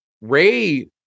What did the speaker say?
Ray